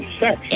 sex